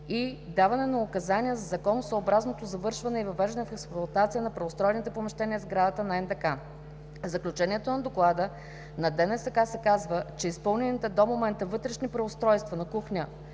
и даване на указания за законосъобразното завършване и въвеждане в експлоатация на преустроените помещения в сградата на НДК. В заключението на доклада на ДНСК се казва, че „Изпълнените до момента вътрешни преустройства на кухня